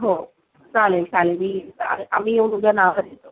हो चालेल चालेल मी आ आम्ही येऊन उद्या नावं देतो